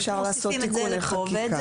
אפשר לעשות תיקוני חקיקה.